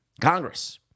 Congress